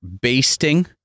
basting